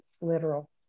literal